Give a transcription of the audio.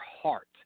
heart